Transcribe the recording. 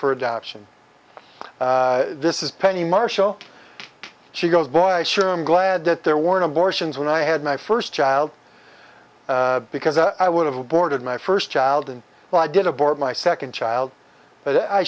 for adoption this is penny marshall she goes boy i sure am glad that there weren't abortions when i had my first child because i would have aborted my first child and well i did abort my second child but i